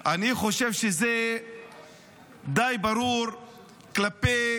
אני חושב שזה די ברור כלפי